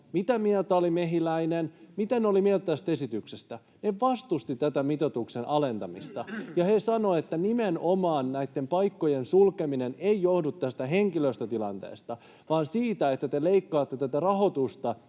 mitä mieltä oli Mehiläinen, mitä ne olivat mieltä tästä esityksestä? Ne vastustivat tätä mitoituksen alentamista, [Krista Kiuru: Kyllä!] ja he sanoivat, että nimenomaan näitten paikkojen sulkeminen ei johdu tästä henkilöstötilanteesta vaan siitä, että te leikkaatte tätä rahoitusta